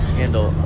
handle